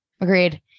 agreed